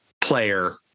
player